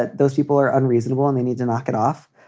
but those people are unreasonable and they need to knock it off.